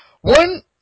One